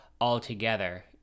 altogether